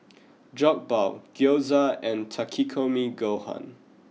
Jokbal Gyoza and Takikomi Gohan